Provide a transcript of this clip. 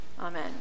Amen